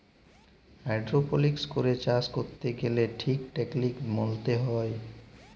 hydroponics করে চাষ ক্যরতে গ্যালে ঠিক টেকলিক মলতে হ্যয়